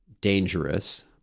dangerous